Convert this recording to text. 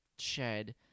Shed